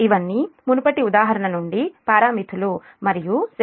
ఇవన్నీ మునుపటి ఉదాహరణ నుండి పారామితులు మరియు Z0 Rn 0 గా ఉంటుంది